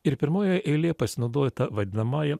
ir pirmojoj eilėje pasinaudojo ta vadinamoji